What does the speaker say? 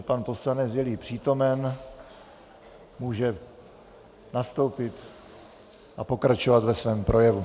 Pan poslanec, jeli přítomen, může nastoupit a pokračovat ve svém projevu.